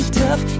tough